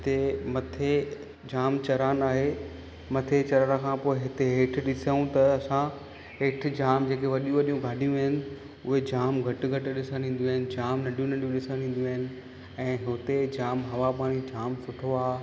हिते मथे जाम चढ़ान आहे मथे चढ़ण खां पोइ हिते हेठि ॾिसूं त असां हेठि जाम जेके वॾियूं वॾियूं गाॾियूं आहिनि उहे जाम घटि घटि ॾिसणु ईंदियूं आहिनि जाम नंढियूं नंढियूं ॾिसणु ईंदियूं आहिनि ऐं हुते जाम हवा पाणी जाम सुठो आहे